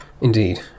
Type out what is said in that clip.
Indeed